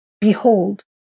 behold